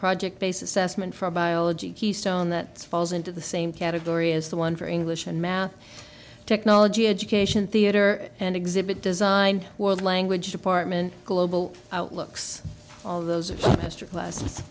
project basis essman for biology keystone that falls into the same category as the one for english and math technology education theater and exhibit designed world language department global outlooks all those